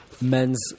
men's